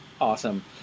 awesome